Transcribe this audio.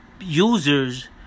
users